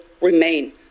remain